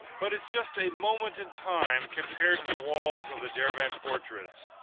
but it's just a moment in time compared to the walls of the derbent fortress.